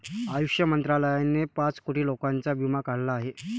आयुष मंत्रालयाने पाच कोटी लोकांचा विमा काढला आहे